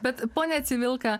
bet pone civilka